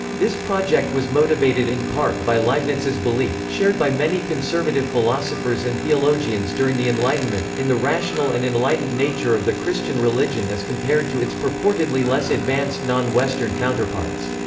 this project was motivated in part by leibniz's belief, shared by many conservative philosophers and theologians during the enlightenment, in the rational and enlightened nature of the christian religion as compared to its purportedly less advanced non-western counterparts.